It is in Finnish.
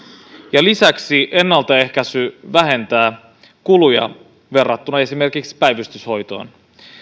ja lisäksi ennaltaehkäisy vähentää kuluja verrattuna esimerkiksi päivystyshoitoon